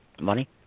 Money